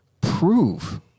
prove